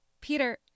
Peter